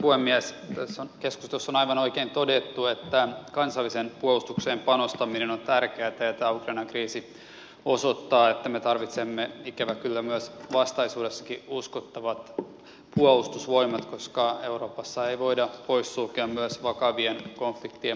tässä keskustelussa on aivan oikein todettu että kansalliseen puolustukseen panostaminen on tärkeätä ja tämä ukrainan kriisi osoittaa että me tarvitsemme ikävä kyllä myös vastaisuudessa uskottavat puolustusvoimat koska euroopassa ei voida poissulkea myöskään vaka vien konfliktien mahdollisuutta